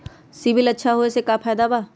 CIBIL अच्छा होऐ से का फायदा बा?